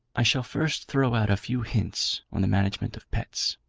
i shall first throw out a few hints on the management of pets.